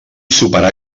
superar